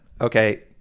okay